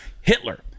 Hitler